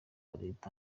leta